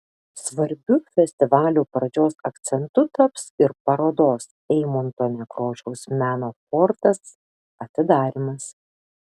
svarbiu festivalio pradžios akcentu taps ir parodos eimunto nekrošiaus meno fortas atidarymas